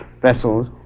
vessels